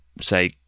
say